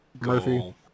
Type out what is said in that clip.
Murphy